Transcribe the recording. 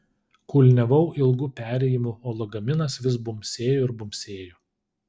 kulniavau ilgu perėjimu o lagaminas vis bumbsėjo ir bumbsėjo